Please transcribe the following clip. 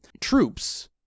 troops